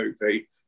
movie